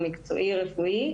המקצועי-רפואי,